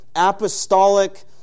apostolic